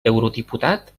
eurodiputat